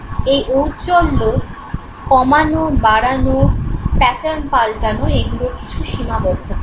এই ঔজ্জ্বল্য কমানো বাড়ানো প্যাটার্ন পাল্টানো এগুলোর কিছু সীমাবদ্ধতা আছে